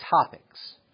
topics